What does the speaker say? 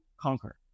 conquer